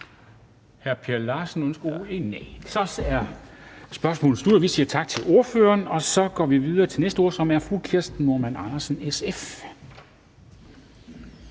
Så er spørgsmålet slut, og vi siger tak til ordføreren. Så går vi videre til den næste ordfører, som er fru Kirsten Normann Andersen, SF.